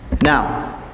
Now